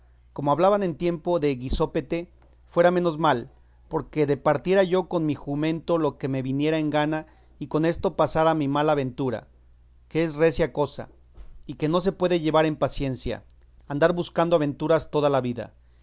como hablaban en tiempos de guisopete fuera menos mal porque departiera yo con mi jumento lo que me viniera en gana y con esto pasara mi mala ventura que es recia cosa y que no se puede llevar en paciencia andar buscando aventuras toda la vida